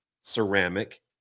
ceramic